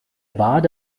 barde